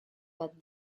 but